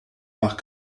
par